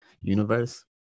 universe